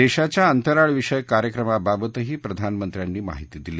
देशाच्या अंतराळ विषयक कार्यक्रमाबाबतही प्रधानमंत्र्यानीं महिती दिली